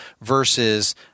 versus